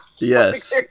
yes